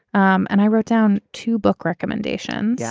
um and i wrote down to book recommendation. yeah